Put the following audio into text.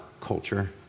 culture